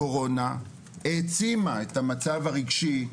הקורונה העצימה את המצב הרגשי,